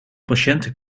patiënten